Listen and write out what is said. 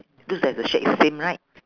looks like the shack is same right